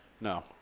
No